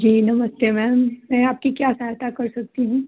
जी नमस्ते मैम मैं आपकी क्या सहायता कर सकती हूँ